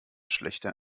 schlechter